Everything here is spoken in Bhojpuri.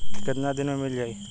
कितना दिन में मील जाई?